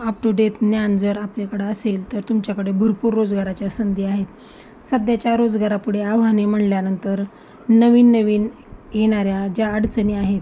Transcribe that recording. up to date ज्ञान जर आपल्याकडं असेल तर तुमच्याकडे भरपूर रोजगाराच्या संधी आहेत सध्याच्या रोजगारा पुढे आव्हाने म्हणल्यानंतर नवीन नवीन येणाऱ्या ज्या अडचणी आहेत